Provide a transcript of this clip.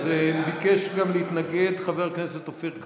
ביקש גם להתנגד חבר הכנסת אופיר כץ.